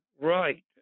right